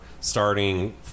starting